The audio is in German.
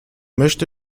möchte